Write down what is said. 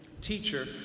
Teacher